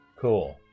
Cool